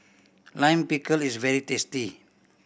Lime Pickle is very tasty